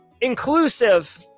inclusive